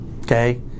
okay